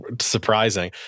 surprising